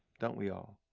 don't we all?